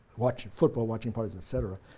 watching football, watching parties, etc,